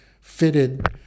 fitted